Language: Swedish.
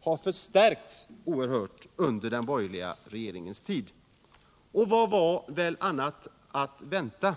har förstärkts oerhört under den borgerliga regeringens tid. Och vad var väl annat att vänta?